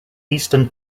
eastern